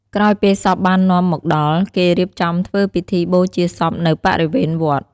ក្រោយពេលសពបាននាំមកដល់ គេរៀបចំធ្វើពិធីបូជាសពនៅបរិវេនវត្ត។